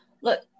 Look